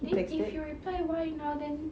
then if you reply why now then